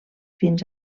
fins